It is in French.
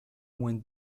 moins